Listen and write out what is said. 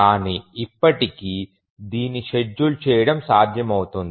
కానీ ఇప్పటికీ దీన్ని షెడ్యూల్ చేయడం సాధ్యమవుతుంది